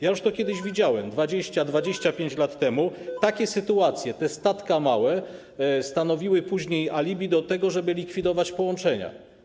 Ja już to kiedyś widziałem, 20, 25 lat temu, takie sytuacje, te stadka małe stanowiły później alibi do tego, żeby likwidować połączenia.